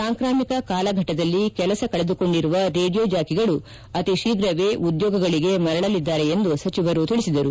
ಸಾಂಕಾಮಿಕ ಕಾಲಘಟ್ನದಲ್ಲಿ ಕೆಲಸ ಕಳೆದುಕೊಂಡಿರುವ ರೇಡಿಯೋ ಜಾಕಿಗಳು ಅತಿಶೀಘವೇ ಉದ್ಯೋಗಗಳಿಗೆ ಮರಳಲಿದ್ದಾರೆ ಎಂದು ಸಚಿವರು ತಿಳಿಸಿದರು